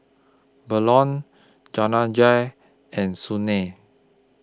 Bellur Jehangirr and Sunil